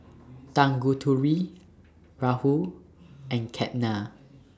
Tanguturi Rahul and Ketna